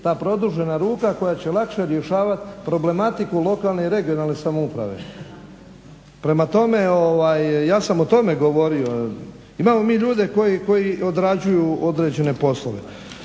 ta produžena ruka koja će lakše rješavat problematiku lokalne i regionalne samouprave. Prema tome, ja sam o tome govorio. Imamo mi ljude koji odrađuju određene poslove.